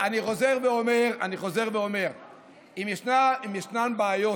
אני חוזר ואומר, אם ישנן בעיות